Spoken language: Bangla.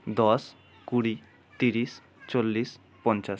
দশ কুড়ি তিরিশ চল্লিশ পঞ্চাশ